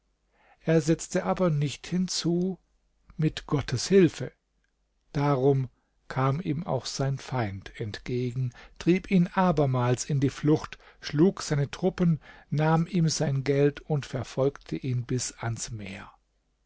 er setzte aber nicht hinzu mit gottes hilfe darum kam ihm auch sein feind entgegen trieb ihn abermals in die flucht schlug seine truppen nahm ihm sein geld und verfolgte ihn bis ans meer